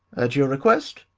at your request!